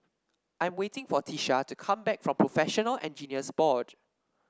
I'm waiting for Tisha to come back from Professional Engineers Board